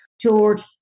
George